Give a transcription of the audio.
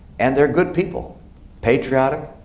and they're good people patriotic,